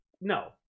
No